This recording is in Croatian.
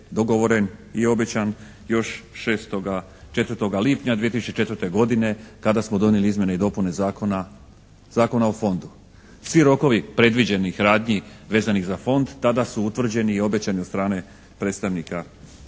dogovoren i obećan još 6., 4. lipnja 2004. godine kada smo donijeli izmjene i dopune Zakona o fondu. Svi rokovi predviđenih radnji vezanih za fond tada su utvrđeni i obećani od strane predstavnika tada